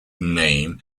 name